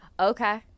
Okay